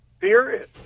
period